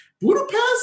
Budapest